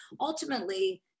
ultimately